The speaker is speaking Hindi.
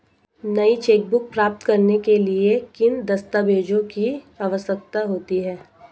नई चेकबुक प्राप्त करने के लिए किन दस्तावेज़ों की आवश्यकता होती है?